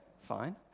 Fine